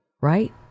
right